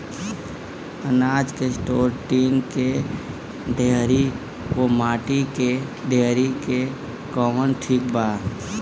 अनाज के store tin के डेहरी व माटी के डेहरी मे कवन ठीक बा?